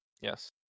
Yes